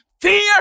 Fear